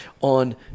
on